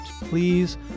please